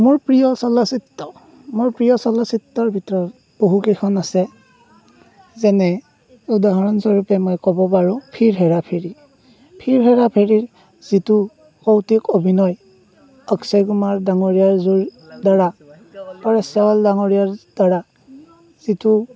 মোৰ প্ৰিয় চলচ্চিত্ৰ মোৰ প্ৰিয় চলচ্চিত্ৰৰ ভিতৰত বহুকেইখন আছে যেনে উদাহৰণ স্বৰূপে মই ক'ব পাৰোঁ ফিৰ হেৰা ফেৰী ফিৰ হেৰা ফেৰীৰ যিটো কৌতুক অভিনয় অক্ষয় কুমাৰ ডাঙৰীয়াৰ যিৰ দ্বাৰা পৰেশ ৰাৱাল ডাঙৰীয়াৰ দ্বাৰা যিটো